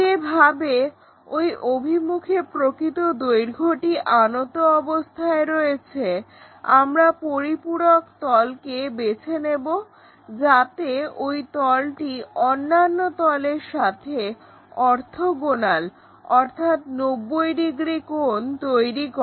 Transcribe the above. যেভাবে ওই অভিমুখে প্রকৃত দৈর্ঘ্যটি আনত অবস্থায় রয়েছে আমরা পরিপূরক তলকে বেছে নেবো যাতে এই তলটি অন্যান্য তলের সাথে অর্থোগোণাল অর্থাৎ 90 ডিগ্রী কোণ তৈরি করে